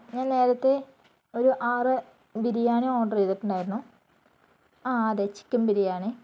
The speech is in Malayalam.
ഞാൻ നേരത്തെ ഒര് ആറ് ബിരിയാണി ഓർഡർ ചെയ്തിട്ടുണ്ടായിരുന്നു ആ അതെ ചിക്കൻ ബിരിയാണി